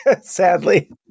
sadly